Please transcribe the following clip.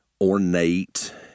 ornate